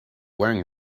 wearing